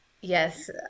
Yes